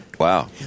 Wow